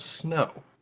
snow